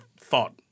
thought